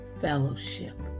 fellowship